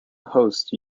hosts